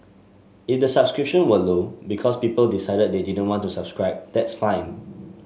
if the subscription were low because people decided they didn't want to subscribe that's fine